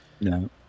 No